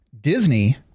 Disney